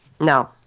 No